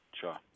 sure